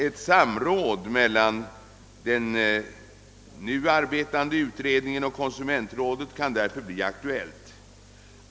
Ett samråd mellan den nu arbetande utredningen och konsumentrådet kan därför bli aktuellt.